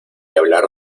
hablar